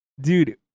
Dude